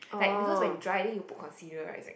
like because when dry then you put concealer right is like